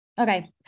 okay